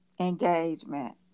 engagement